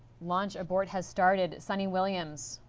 launch abort has started. sunny williams,